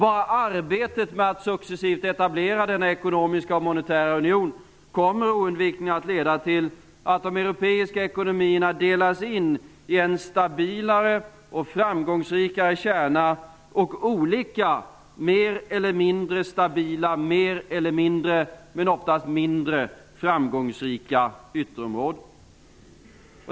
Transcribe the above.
Bara arbetet med att successivt etablera denna ekonomiska och monetära union kommer oundvikligen att leda till att de europeiska ekonomierna delas in i en stabilare och framgångsrikare kärna och olika mer eller mindre stabila, mer eller mindre - men oftast mindre - framgångsrika ytterområden.